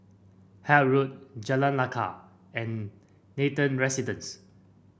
Hythe Road Jalan Lekar and Nathan Residences